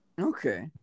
Okay